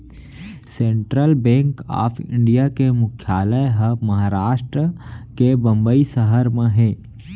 central bank of India के मुख्यालय ह महारास्ट के बंबई सहर म हे